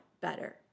better